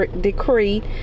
decree